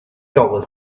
dollars